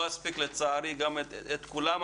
אני לא אספיק, לצערי, את כולם.